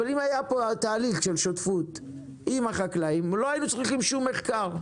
אבל אם היה פה התהליך של שותפות עם החקלאים לא היינו צריכים שום מחקר,